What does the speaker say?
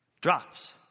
drops